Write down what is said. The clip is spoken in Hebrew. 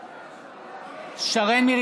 בעד שרן מרים